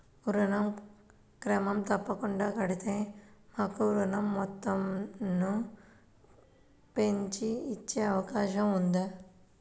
ఋణం క్రమం తప్పకుండా కడితే మాకు ఋణం మొత్తంను పెంచి ఇచ్చే అవకాశం ఉందా?